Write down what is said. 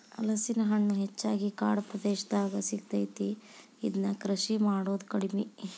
ಹಲಸಿನ ಹಣ್ಣು ಹೆಚ್ಚಾಗಿ ಕಾಡ ಪ್ರದೇಶದಾಗ ಸಿಗತೈತಿ, ಇದ್ನಾ ಕೃಷಿ ಮಾಡುದ ಕಡಿಮಿ